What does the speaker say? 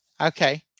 Okay